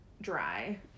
dry